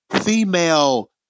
female